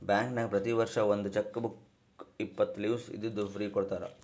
ಬ್ಯಾಂಕ್ನಾಗ್ ಪ್ರತಿ ವರ್ಷ ಒಂದ್ ಚೆಕ್ ಬುಕ್ ಇಪ್ಪತ್ತು ಲೀವ್ಸ್ ಇದ್ದಿದ್ದು ಫ್ರೀ ಕೊಡ್ತಾರ